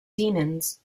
demons